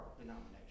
denomination